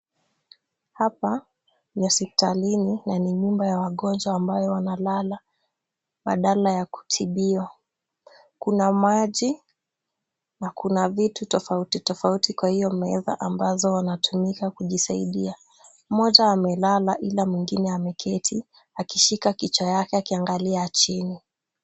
Hapa ni hospitalini, na ni nyumba ya wagonjwa ambayo wanalala badala ya kutibiwa. Kuna maji, na kuna vitu tofauti tofauti kwa hiyo meza ambazo wanatumika kujisaidia. Moja amelala ila mwingine ameketi, akishika kichwa yake akiangalia chini.